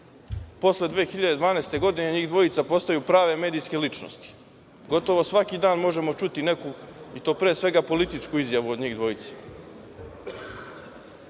Posle 2012. godine njih dvojica postaju prave medijske ličnosti. Gotovo svaki dan možemo čuti neku i to pre svega političku izjavu od njih dvojice. Postoji